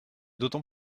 d’autant